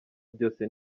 byose